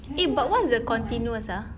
eh but what's the continuous ah